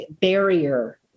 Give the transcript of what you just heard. barrier